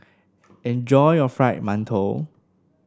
enjoy your Fried Mantou